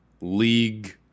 league